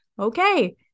okay